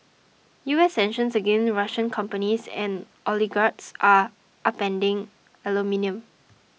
U S sanctions against Russian companies and oligarchs are upending aluminium